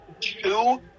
two